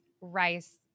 rice